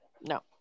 No